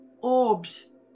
orbs